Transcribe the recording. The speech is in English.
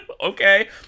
Okay